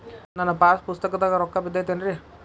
ನನ್ನ ಪಾಸ್ ಪುಸ್ತಕದಾಗ ರೊಕ್ಕ ಬಿದ್ದೈತೇನ್ರಿ?